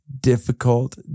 difficult